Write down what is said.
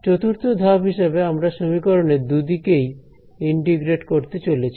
চতুর্থ ধাপ হিসেবে আমরা সমীকরণের দুদিকেই ইন্টিগ্রেট করতে চলেছি